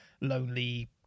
lonely